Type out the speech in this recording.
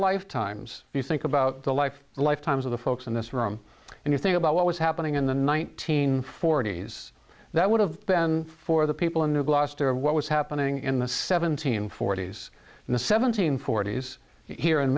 lifetimes if you think about the life lifetimes of the folks in this room and you think about what was happening in the 's that would have been for the people in new gloucester what was happening in the seventeen forties in the seventeen forties here in